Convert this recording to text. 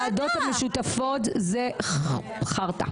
הוועדות המשותפות זה חרטא,